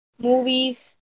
movies